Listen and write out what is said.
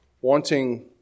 wanting